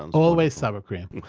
always sour cream